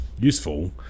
useful